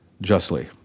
justly